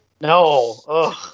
No